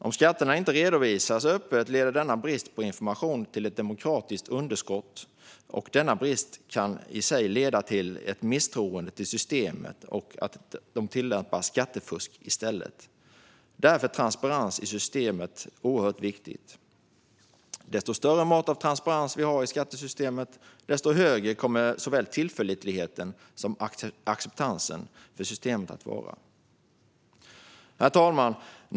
Om skatterna inte redovisas öppet leder denna brist på information till ett demokratiskt underskott, och denna brist kan i sig leda till misstroende till systemet och att skattefusk tillämpas. Därför är transparens i systemet oerhört viktigt. Ju större mått av transparens vi har i skattesystemet, desto högre kommer såväl tillförlitligheten som acceptansen för systemet att vara. Herr talman!